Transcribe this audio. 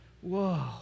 Whoa